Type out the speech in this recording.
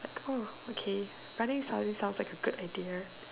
oh okay running suddenly sounds like a good idea